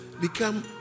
become